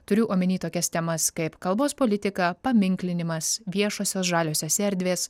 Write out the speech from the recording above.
turiu omeny tokias temas kaip kalbos politika paminklinimas viešosios žaliosios erdvės